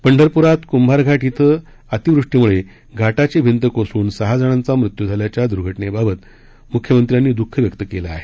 पंढरपूरात कुंभार घाट श्व अतिवृष्टीमुळे घाटाची भिंत कोसळून सहा जणांचा मृत्यू झाल्याच्या दुर्घटनेबाबत मुख्यमंत्र्यांनी दुःख व्यक्त केले आहे